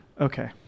Okay